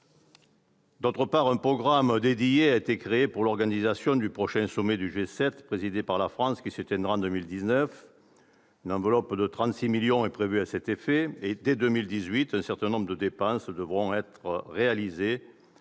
outre, un programme dédié a été créé pour l'organisation du prochain sommet du G7, présidé par la France, qui se tiendra en 2019. Une enveloppe de 36 millions d'euros est prévue à cet effet. Dès 2018, un certain nombre de dépenses devront être réalisées